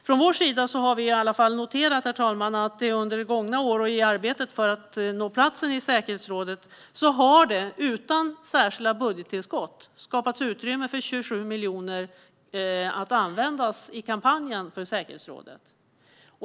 Från vår sida har vi i alla fall noterat, herr talman, att det under det gångna året och i arbetet och kampanjen för att nå platsen i säkerhetsrådet utan särskilda budgettillskott har skapats ett utrymme för 27 miljoner.